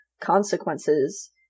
consequences